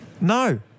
No